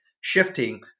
shifting